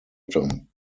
item